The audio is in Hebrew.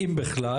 אם בכלל